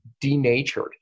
denatured